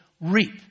reap